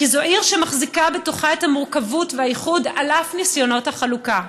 כי זו עיר שמחזיקה בתוכה את המורכבות והאיחוד על אף ניסיונות החלוקה,